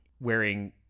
wearing